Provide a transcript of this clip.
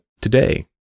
today